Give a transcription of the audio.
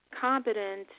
competent